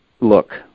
look